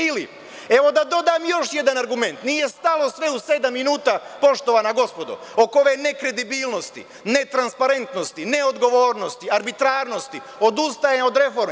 Ili, evo da dodam još jedan argument, nije stalo sve u sedam minuta, poštovana gospodo, oko ove nekredibilnosti, netransparentnosti, neodgovornosti, arbitrarnosti, odustajanja od reforme.